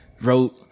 Wrote